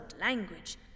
language